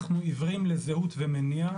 אנחנו עיוורים לזהות ומניע.